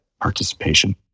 participation